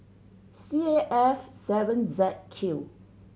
C A F seven Z Q